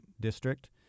district